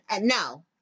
no